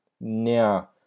Now